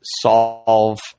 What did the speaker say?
solve